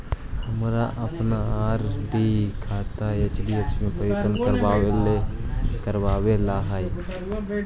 हमारा अपन आर.डी खाता एफ.डी में परिवर्तित करवावे ला हई